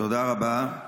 תודה רבה.